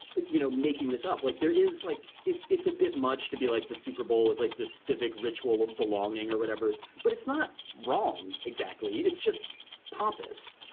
you know, making this up like there is like it's a bit much to be like the super bowl is like this civic ritual of belonging or whatever, but it's not wrong. exactly. it's just pompous.